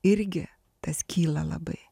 irgi tas kyla labai